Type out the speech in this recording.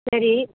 சரி